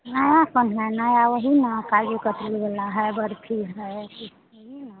नया कौन है नया वही ना काजू कतली वाला है बर्फी है ये सभी ना